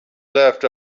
left